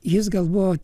jis gal buvo